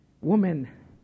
Woman